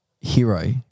hero